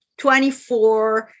24